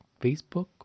Facebook